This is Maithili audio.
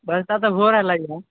बरसा तऽ हो रहलै हँ